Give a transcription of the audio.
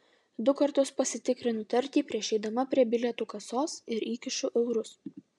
du kartus pasitikrinu tartį prieš eidama prie bilietų kasos ir įkišu eurus